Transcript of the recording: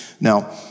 Now